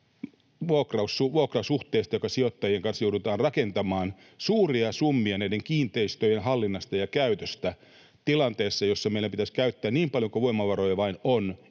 vuokrasuhteesta, joka sijoittajien kanssa joudutaan rakentamaan, suuria summia näiden kiinteistöjen hallinnasta ja käytöstä tilanteessa, jossa meidän pitäisi käyttää voimavaroja niin